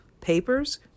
papers